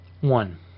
One